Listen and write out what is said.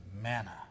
manna